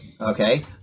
okay